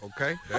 Okay